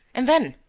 and then?